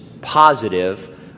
positive